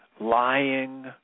lying